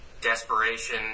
desperation